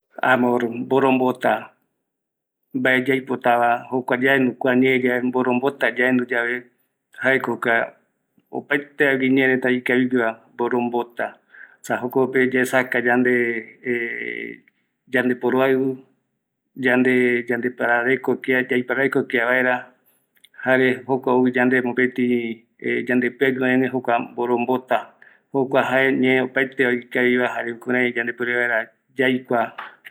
Oikove yandendie mboroaiu, mboroaiu ko jae ma ñaguroitatei erei jaeñomapa amopevese mbaeti yande puede yaupiti jokua mboroaiu ou ñoi kia yandemboaraji, jaema yendemboaraji ñai, erei kua ko jae mboroaiu ikavigüe